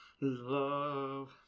love